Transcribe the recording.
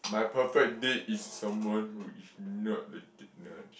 my perfect date is someone who is not like the marriage